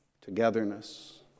togetherness